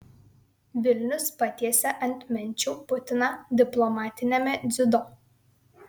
vilnius patiesė ant menčių putiną diplomatiniame dziudo